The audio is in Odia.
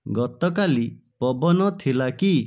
ଗତକାଲି ପବନ ଥିଲା କି